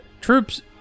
Troops